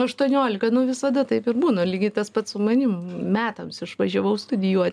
aštuoniolika nu visada taip ir būna lygiai tas pats su manim metams išvažiavau studijuoti